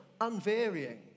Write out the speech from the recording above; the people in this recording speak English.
unvarying